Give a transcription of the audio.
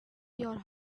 your